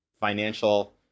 financial –